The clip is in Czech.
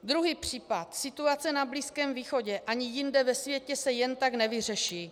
Druhý případ situace na Blízkém východě ani jinde ve světě se jen tak nevyřeší.